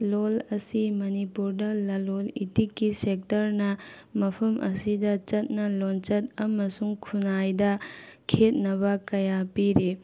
ꯂꯣꯜ ꯑꯁꯤ ꯃꯅꯤꯄꯨꯔꯗ ꯂꯂꯣꯜ ꯏꯇꯤꯛꯀꯤ ꯁꯦꯛꯇꯔꯅ ꯃꯐꯝ ꯑꯁꯤꯗ ꯆꯠꯅ ꯂꯣꯜꯆꯠ ꯑꯃꯁꯨ ꯈꯨꯟꯅꯥꯏꯗ ꯈꯦꯠꯅꯕ ꯀꯌꯥ ꯄꯤꯔꯤ